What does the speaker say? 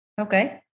Okay